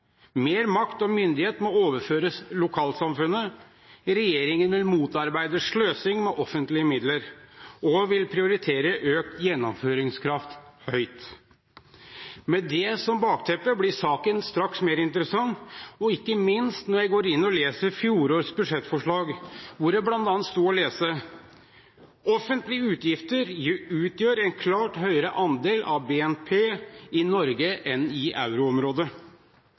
Mer makt og myndighet må overlates til lokalsamfunnet. Regjeringen vil motarbeide sløsing med offentlige midler, og prioritere økt gjennomføringskraft høyt.» Med det som bakteppe blir saken straks mer interessant, og ikke minst når jeg leser fjorårets budsjettforslag, hvor det bl.a. sto å lese: «Offentlige utgifter utgjør en klart høyere andel av BNP i Norge enn i euroområdet.»